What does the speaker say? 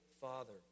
Father